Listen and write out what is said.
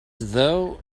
though